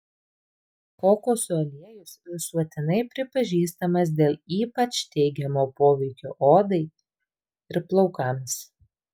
kokosų aliejus visuotinai pripažįstamas dėl ypač teigiamo poveikio odai ir plaukams